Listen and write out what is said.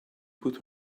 put